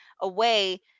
away